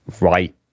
right